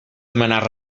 demanar